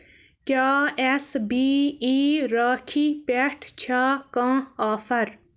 کیٛاہ S B I Rakhi پٮ۪ٹھ چھا کانٛہہ آفر